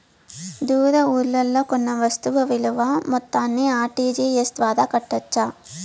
దూర ఊర్లలో కొన్న వస్తు విలువ మొత్తాన్ని ఆర్.టి.జి.ఎస్ ద్వారా కట్టొచ్చా?